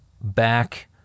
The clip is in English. Back